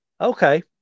okay